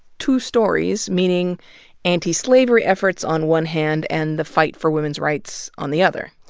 two stories, meaning antislavery efforts on one hand, and the fight for women's rights on the other.